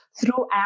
throughout